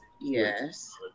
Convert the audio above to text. Yes